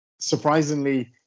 surprisingly